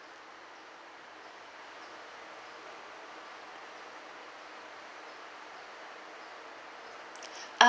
ah